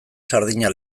sardina